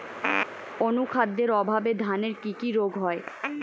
অনুখাদ্যের অভাবে ধানের কি কি রোগ হয়?